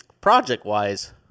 project-wise